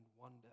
wonder